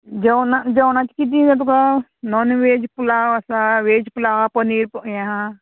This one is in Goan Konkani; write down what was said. जेवणा जेवणाची किदें तुका नॉन वॅज पुलाव आसा वेज पुलावा पनीर हें आहा